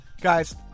Guys